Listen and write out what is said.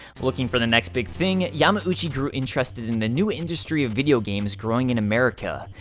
looking for the next big thing, yamauchi grew interested in the new industry of video games growing in america.